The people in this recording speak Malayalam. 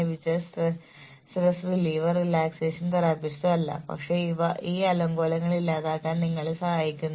അതിനാൽ പ്രകടനം മൂല്യവത്തായതാക്കുക പ്രകടനത്തിനായി അവരെ വിലയിരുത്തുന്നത് സഹായകരമാണെന്ന് ജീവനക്കാരെ മനസ്സിലാക്കാൻ ജീവനക്കാരെ സഹായിക്കുക